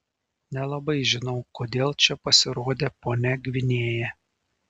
nelabai žinau kodėl čia pasirodė ponia gvinėja